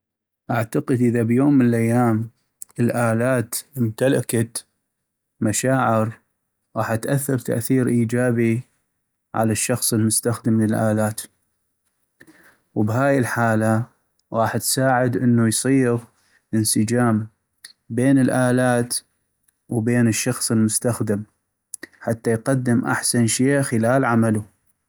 اعتقد اذا بيوم من الايام الآلات امتلكت مشاعر غاح تأثر تأثير إيجابي على الشخص المستخدم الآلات ، وبهاي الحالة غاح تساعد انو يصيغ انسجام بين الآلات وبين الشخص المستخدم حتى يقدم احسن شي خلال عملو